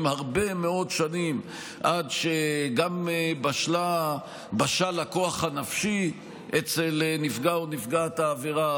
הרבה מאוד שנים עד שגם בשל הכוח הנפשי אצל נפגע או נפגעת העבירה,